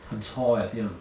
很 chor leh 这样